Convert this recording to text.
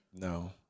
No